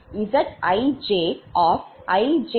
ZiiIiIkZij